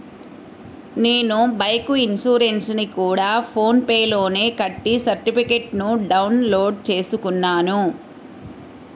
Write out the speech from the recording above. నేను బైకు ఇన్సురెన్సుని గూడా ఫోన్ పే లోనే కట్టి సర్టిఫికేట్టుని డౌన్ లోడు చేసుకున్నాను